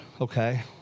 okay